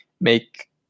make